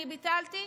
אני ביטלתי?